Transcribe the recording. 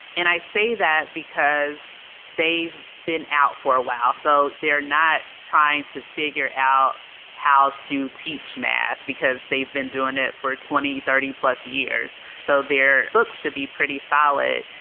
and i say that because they've been out for a while, so they're not trying to figure out how to teach math because they've been doing it for twenty, thirty plus years. so their books should be pretty solid.